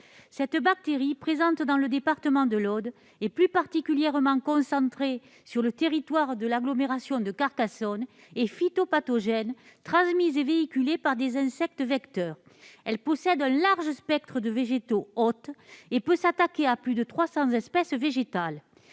Cette bactérie, présente dans le département de l'Aude, et plus particulièrement concentrée sur le territoire de l'agglomération de Carcassonne, est phytopathogène. Elle est transmise et véhiculée par des insectes vecteurs. Elle possède un large spectre de végétaux hôtes et peut s'attaquer à plus de 300 espèces végétales.